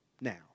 now